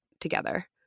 together